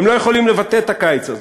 הם לא יכולים לבטל את הקיץ הזה,